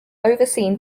overseen